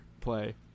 play